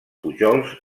pujols